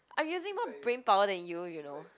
I'm using more brain power than you you know